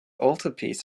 altarpiece